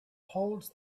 holds